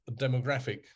demographic